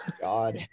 God